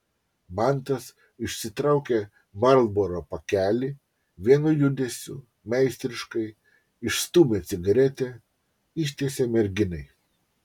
mantas išsitraukė marlboro pakelį vienu judesiu meistriškai išstūmė cigaretę ištiesė merginai